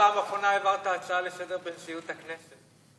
מתי בפעם האחרונה אתה העברת הצעה לסדר-היום בנשיאות הכנסת?